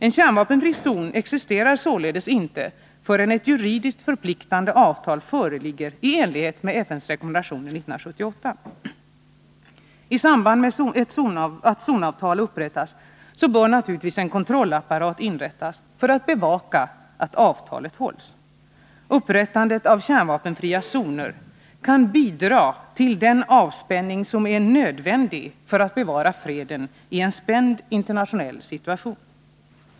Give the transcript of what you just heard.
En kärnvapenfri zon existerar således inte förrän ett juridiskt förpliktande avtal föreligger i enlighet med FN:s rekommendationer 1978. I samband med att zonavtalet upprättas bör naturligtvis en kontrollapparat inrättas för att bevaka att avtalet hålls. Upprättandet av kärnvapenfria zoner kan bidra till den avspänning som är nödvändig för att bevara freden i en spänd internationell situation.